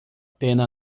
pena